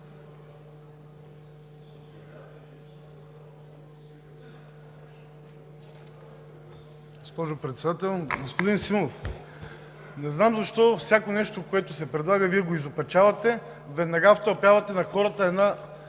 Господин Симов, не знам защо всяко нещо, което се предлага, Вие го изопачавате, веднага втълпявате на хората –